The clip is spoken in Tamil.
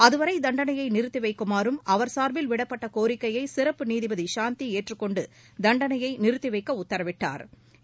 அதுவரை தண்டனையை நிறுத்தி வைக்குமாறும் அவர் சார்பில் விடப்பட்ட கோரிக்கையை சிறப்பு நீதிபதி சாந்தி ஏற்றுக்கொண்டு தண்டனையை நிறுத்தி வைக்க உத்தரவிட்டாா்